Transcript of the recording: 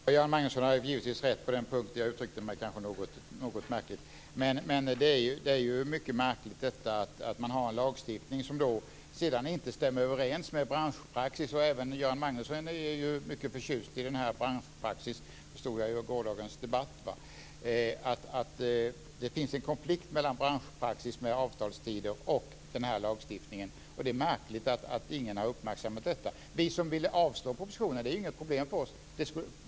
Fru talman! Göran Magnusson har givetvis rätt på den punkten. Jag uttryckte mig kanske något märkligt. Men det är mycket märkligt att man har en lagstiftning som inte stämmer överens med branschpraxis. Även Göran Magnusson är ju mycket förtjust i branschpraxis, det förstod jag under gårdagens debatt. Det finns en konflikt mellan branschpraxis och avtalstider, och lagstiftningen. Och det är märkligt att ingen har uppmärksammat detta. För oss som ville avslå propositionen är det inget problem.